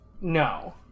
no